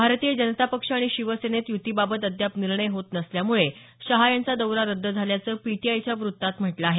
भारतीय जनता पक्ष आणि शिवसेनेत युतीबाबत अद्याप निर्णय होत नसल्यामुळे शहा यांचा दौरा रद्द झाल्याचं पीटीआयच्या वृत्तात म्हटलं आहे